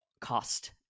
cost